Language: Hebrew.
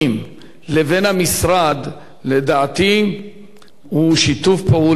לדעתי הוא שיתוף פעולה שיכול להניב הרבה פירות.